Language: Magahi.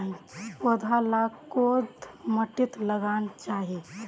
पौधा लाक कोद माटित लगाना चही?